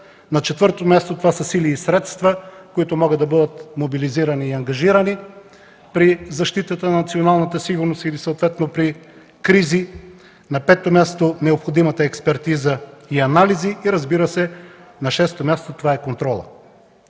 На четвърто място са силите и средствата, които могат да бъдат мобилизирани и ангажирани при защитата на националната сигурност или съответно – при кризи. На пето място – необходимата експертиза и анализи, и разбира се, на шесто място, това е контролът.